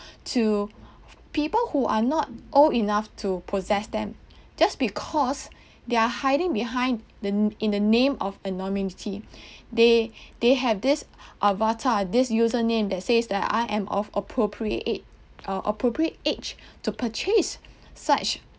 to people who are not old enough to possess them just because they are hiding behind the in the name of anonymity they they have this avatar this user name that says that I am of appropriate appropriate age to purchase such